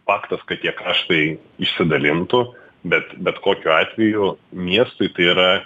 faktas kad tie kaštai išsidalintų bet bet kokiu atveju miestui tai yra